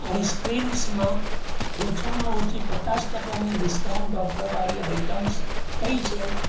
આઈસક્રીમ્સમાં ઓછામાં ઓછી પચાસ ટકાની ડિસ્કાઉન્ટ ઓફર વાળી આઇટમ્સ કઈ છે